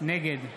נגד